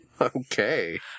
Okay